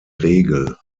regel